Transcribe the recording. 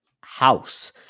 House